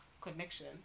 connection